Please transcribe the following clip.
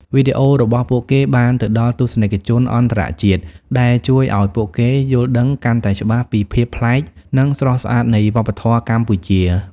វីដេអូរបស់ពួកគេបានទៅដល់ទស្សនិកជនអន្តរជាតិ ដែលជួយឲ្យពួកគេយល់ដឹងកាន់តែច្បាស់ពីភាពប្លែក និងស្រស់ស្អាតនៃវប្បធម៌កម្ពុជា។